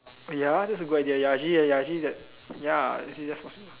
ya that's a good idea ya actually ya ya actually that ya actually that's possible